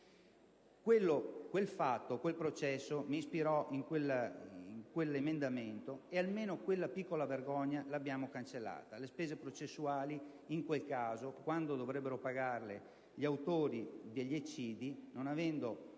sociale. Quel processo mi ispirò quell'emendamento, e almeno quella piccola vergogna l'abbiamo cancellata: le spese processuali in quel caso, quando dovrebbero pagarle gli autori degli eccidi e questi